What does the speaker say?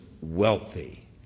wealthy